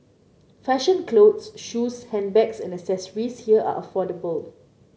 fashion clothes shoes handbags and accessories here are affordable